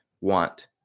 want